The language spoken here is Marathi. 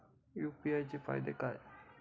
यु.पी.आय चे फायदे काय?